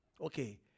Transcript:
Okay